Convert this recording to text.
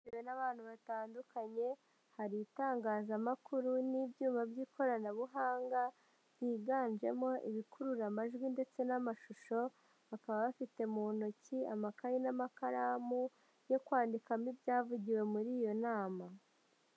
Bitewe n'abantu batandukanye, hari ibitangazamakuru n'ibyuma by'ikoranabuhanga, byiganjemo ibikurura amajwi ndetse n'amashusho, bakaba bafite mu ntoki amakayi n'amakaramu, yo kwandikamo ibyavugiwe muri iyo nama.